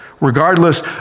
regardless